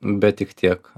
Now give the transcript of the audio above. bet tik tiek